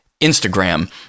Instagram